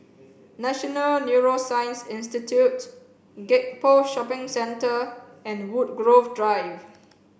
National Neuroscience Institute Gek Poh Shopping Centre and Woodgrove Drive